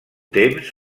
temps